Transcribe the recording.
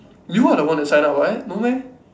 you are the one that sign up what no meh